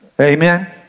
Amen